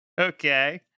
Okay